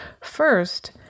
First